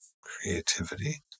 creativity